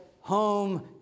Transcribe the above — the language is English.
home